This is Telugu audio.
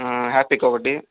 హార్పిక్ ఒకటి